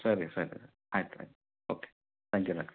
ಸರಿ ಸರಿ ಆಯ್ತು ಆಯ್ತು ಓಕೆ ಥ್ಯಾಂಕ್ ಯು ಡಾಕ್ಟ್ರೇ